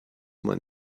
man